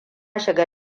shiga